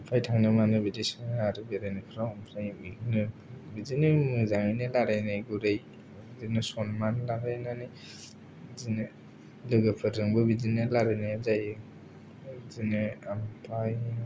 अफाय थांनो मानो बिदि सोङो आरो बेरायनायफ्राव आमफ्राय बिदिनो मोजाङैनो रायलायनाय गुरै बिदिनो सनमान लालायनानै बिदिनो लोगोफोरजोंबो बिदिनो रायलायनायानो जायो बिदिनो आमफाय